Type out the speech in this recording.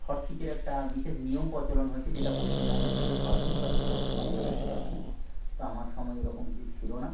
short পিচের একটা বিশেষ নিয়ম প্রচলন হয়েছে যেটা পশ্চিমবঙ্গে বিশেষ প্রাধান্য পাচ্ছে বর্ত্মানে বলে দেখতে পাচ্ছি তা আমার সময়ে এরকম কিছু ছিলো না